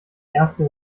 erste